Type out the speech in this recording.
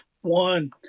one